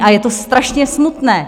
A je to strašně smutné.